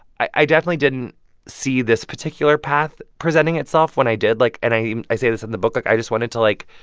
i definitely didn't see this particular path presenting itself when i did, like and i i say this in the book, like, i just wanted to, like,